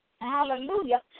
hallelujah